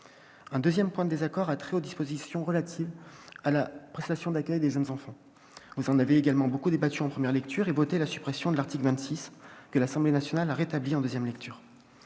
Un deuxième point de désaccord a trait aux dispositions relatives à la prestation d'accueil du jeune enfant, la PAJE. Vous en avez également beaucoup débattu en première lecture avant de voter la suppression de l'article 26, que l'Assemblée nationale a rétabli en nouvelle lecture.